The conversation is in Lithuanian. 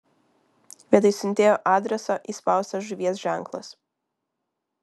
vietoj siuntėjo adreso įspaustas žuvies ženklas